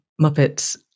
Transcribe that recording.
Muppets